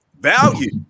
value